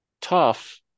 tough